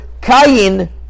Cain